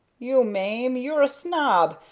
you mane you're a snob,